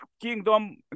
kingdom